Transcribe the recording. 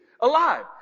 alive